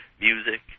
music